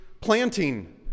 planting